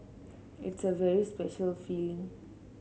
it's a very special feeling